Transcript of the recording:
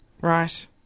Right